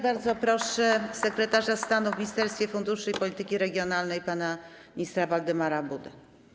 Bardzo proszę sekretarza stanu w Ministerstwie Funduszy i Polityki Regionalnej pana ministra Waldemara Budę.